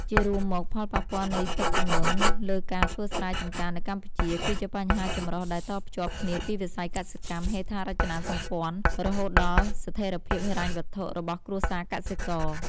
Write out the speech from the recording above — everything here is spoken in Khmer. ជារួមមក ផលប៉ះពាល់នៃទឹកជំនន់លើការធ្វើស្រែចម្ការនៅកម្ពុជា គឺជាបញ្ហាចម្រុះដែលតភ្ជាប់គ្នាពីវិស័យកសិកម្ម ហេដ្ឋារចនាសម្ព័ន្ធ រហូតដល់ស្ថិរភាពហិរញ្ញវត្ថុរបស់គ្រួសារកសិករ។